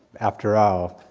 after all,